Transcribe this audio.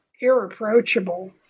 irreproachable